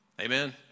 Amen